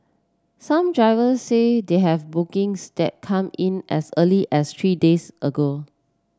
some driver say they have bookings that came in as early as three days ago